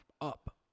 up